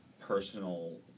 personal